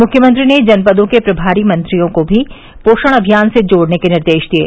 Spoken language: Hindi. मुख्यमंत्री ने जनपदों के प्रभारी मंत्रियों को भी र्पाषण अभियान से जोड़ने के निर्देश दिये